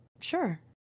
Sure